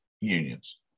unions